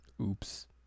oops